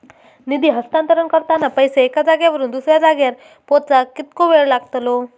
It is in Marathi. निधी हस्तांतरण करताना पैसे एक्या जाग्यावरून दुसऱ्या जाग्यार पोचाक कितको वेळ लागतलो?